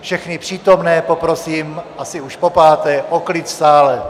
Všechny přítomné poprosím, asi už popáté, o klid v sále.